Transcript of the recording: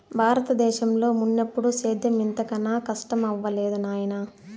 బారత దేశంలో మున్నెప్పుడూ సేద్యం ఇంత కనా కస్టమవ్వలేదు నాయనా